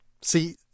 See